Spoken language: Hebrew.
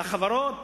לחברות